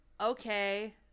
Okay